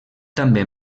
també